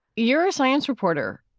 you're a science reporter.